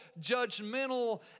judgmental